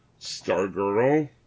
Stargirl